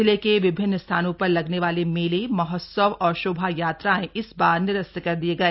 जिले के विभिन्न स्थानों पर लगने वाले मेले महोत्सव और शोभायात्राएं इस बार निरस्त कर दिये गए